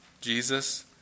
Jesus